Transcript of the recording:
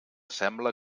sembla